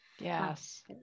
Yes